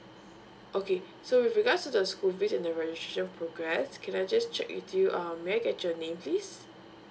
okay so if you guys so just school fees and the registration progress can I just check with you um may I get your name please